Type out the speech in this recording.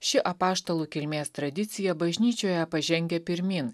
ši apaštalų kilmės tradicija bažnyčioje pažengia pirmyn